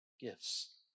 gifts